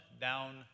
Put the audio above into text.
down